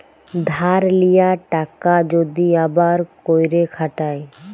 ধার লিয়া টাকা যদি আবার ক্যইরে খাটায়